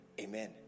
Amen